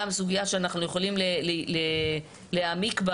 זאת גם סוגיה שאנחנו יכולים להעמיק בה